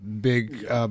big